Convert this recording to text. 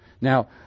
Now